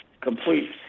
complete